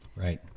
Right